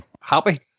happy